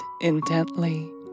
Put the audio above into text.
intently